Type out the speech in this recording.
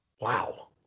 Wow